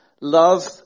Love